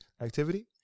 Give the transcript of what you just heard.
activity